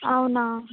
అవునా